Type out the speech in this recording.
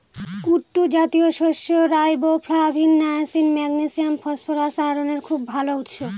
কুট্টু জাতীয় শস্য riboflavin, niacin, magnesium, phosphorus, আয়রনের খুব ভাল উৎস